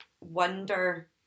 wonder